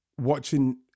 watching